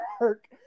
work